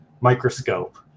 microscope